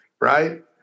right